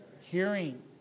hearing